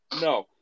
No